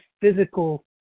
physical